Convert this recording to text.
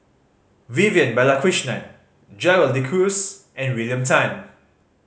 Vivian Balakrishnan Gerald De Cruz and William Tan